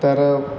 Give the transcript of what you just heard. तर